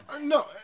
No